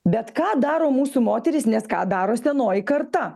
bet ką daro mūsų moterys nes ką daro senoji karta